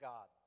God